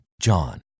John